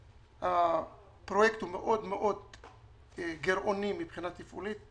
שהפרויקט הוא גרעוני מאוד מבחינה תפעולית.